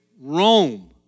Rome